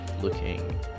looking